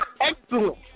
excellent